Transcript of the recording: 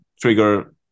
trigger